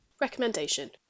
Recommendation